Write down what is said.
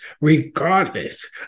regardless